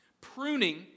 Pruning